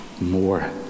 more